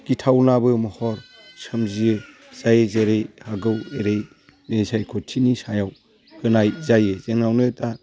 गिथावनाबो महर सोमजियो जाय जेरै हागौ एरै बिसायख'थिनि सायाव होनाय जायो जोंनावनो दा